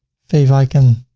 fav icon.